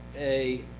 a